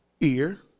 ear